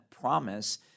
promise